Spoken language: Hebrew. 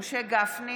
משה גפני,